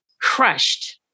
crushed